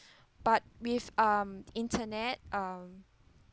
but with um internet um